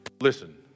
Listen